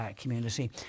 community